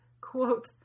quote